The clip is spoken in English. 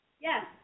Yes